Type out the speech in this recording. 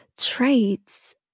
traits